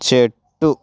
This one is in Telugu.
చెట్టు